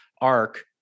arc